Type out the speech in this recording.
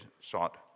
sought